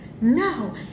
no